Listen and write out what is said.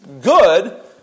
good